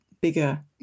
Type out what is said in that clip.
bigger